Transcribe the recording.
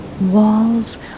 walls